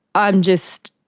i'm just